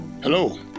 Hello